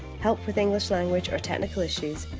help with english language or technical issues,